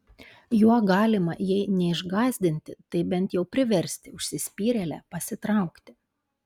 juo galima jei neišgąsdinti tai bent jau priversti užsispyrėlę pasitraukti